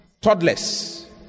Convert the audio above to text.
toddlers